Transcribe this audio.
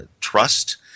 trust